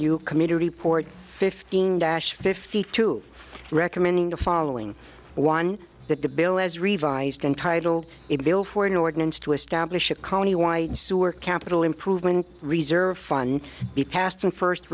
you committee report fifteen dash fifty two recommending the following one that the bill as revised entitled a bill for new ordinance to establish a county wide sewer capital improvement reserve fund be passed on first